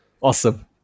Awesome